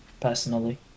personally